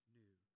new